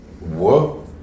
Whoa